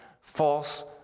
false